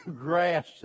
grass